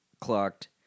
clocked